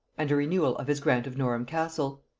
and a renewal of his grant of norham-castle.